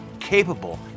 capable